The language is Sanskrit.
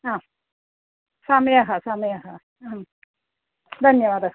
समयः समयः धन्यवादः